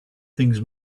things